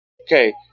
Okay